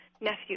nephew